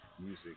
music